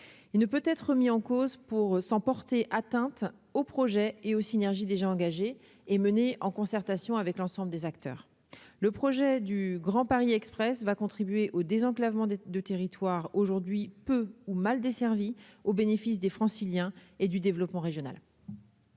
il ne peut être mis en cause pour sans porter atteinte au projet et aux synergies déjà engagée et menée en concertation avec l'ensemble des acteurs, le projet du Grand Paris Express va contribuer au désenclavement de territoires aujourd'hui peu ou mal desservies au bénéfice des Franciliens et du développement régional.